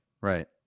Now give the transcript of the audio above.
Right